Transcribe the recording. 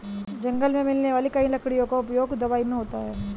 जंगल मे मिलने वाली कई लकड़ियों का उपयोग दवाई मे होता है